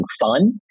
fun